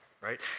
right